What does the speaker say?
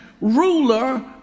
ruler